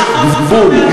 יש גבול.